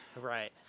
Right